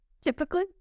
typically